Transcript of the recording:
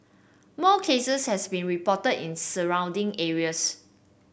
more cases has been reported in surrounding areas